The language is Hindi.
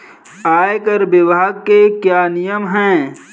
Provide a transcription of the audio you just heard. आयकर विभाग के क्या नियम हैं?